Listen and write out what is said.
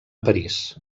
parís